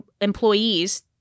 employees